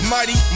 Mighty